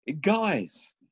guys